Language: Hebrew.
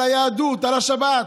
על היהדות, על השבת.